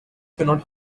cannot